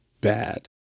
bad